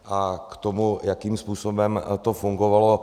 K tomu, jakým způsobem to fungovalo.